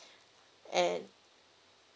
and